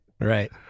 Right